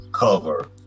Cover